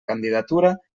candidatura